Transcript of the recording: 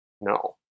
no